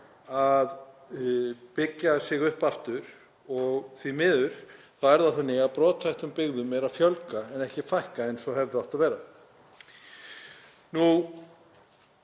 að byggja sig upp aftur og því miður er það þannig að brothættum byggðum er að fjölga en ekki fækka eins og hefði átt að vera.